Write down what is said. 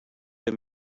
him